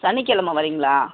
சனிக்கெழமை வர்றீங்களா